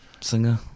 singer